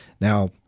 Now